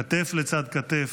כתף לצד כתף,